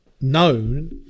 known